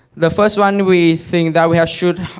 the first one we think that we should,